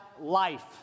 life